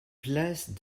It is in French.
place